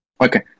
Okay